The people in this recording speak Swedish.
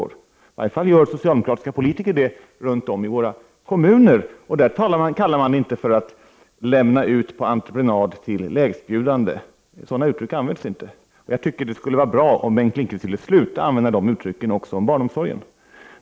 I varje fall gör socialdemokratiska politiker runt om i våra kommuner det. Där talar man inte om att lämna ut på entreprenad till lägstbjudande. Sådana uttryck används inte, och jag tycker att det skulle vara bra om Bengt Lindqvist ville sluta att använda dem också om barnomsorgen.